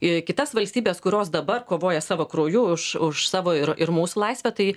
ir kitas valstybes kurios dabar kovoja savo krauju už už savo ir ir mūsų laisvę tai